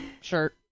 shirt